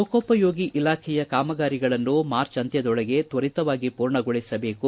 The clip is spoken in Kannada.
ಲೋಕೋಪಯೋಗಿ ಇಲಾಖೆಯ ಕಾಮಗಾರಿಗಳನ್ನು ಮಾರ್ಚ್ ಅಂತ್ಯದೊಳಗೆ ತ್ವರಿತವಾಗಿ ಪೂರ್ಣಗೊಳಿಸಬೇಕು